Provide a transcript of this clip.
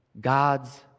God's